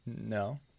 no